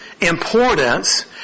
importance